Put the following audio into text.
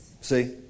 See